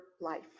life